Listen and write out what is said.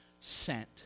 sent